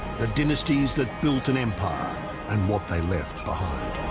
the dynasties that built an empire and what they left behind.